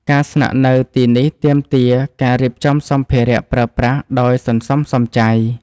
ការស្នាក់នៅទីនេះទាមទារការរៀបចំសម្ភារៈប្រើប្រាស់ដោយសន្សំសំចៃ។